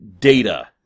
Data